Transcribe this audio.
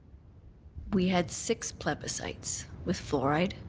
we had six plebiscites with fluoride.